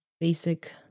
basic